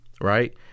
Right